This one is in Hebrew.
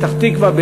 פתח-תקווה,